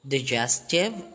Digestive